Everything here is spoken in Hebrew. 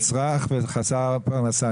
נצרך וחסר פרנסה,